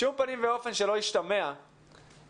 -- בשום פנים ואופן שלא ישתמע שבאיזושהי